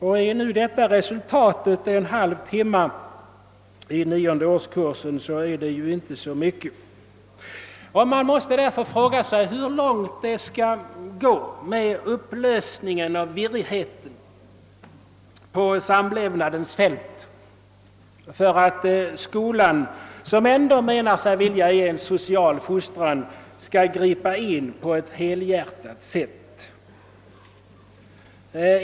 Skall nu detta vara resultatet — en halv timme i nionde årskursen — är det verkligen klent. Man måste fråga sig hur långt det skall gå med upplösningen och virrigheten på samlevnadens fält för att skolan, som ändå menar sig vilja ge en social fostran, skall gripa in på ett helhjärtat sätt.